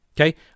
okay